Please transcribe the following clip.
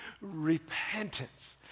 repentance